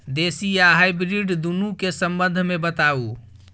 देसी आ हाइब्रिड दुनू के संबंध मे बताऊ?